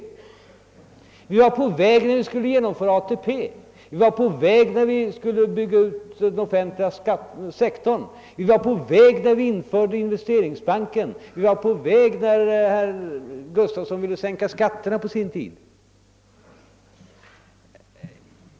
Detta var fallet när ATP skulle genomföras, när den offentliga sektorn skulle utbyggas, när vi införde den statliga investeringsbanken, när herr Gus tafson på sin tid ville sänka skatterna 0. sS. Vv.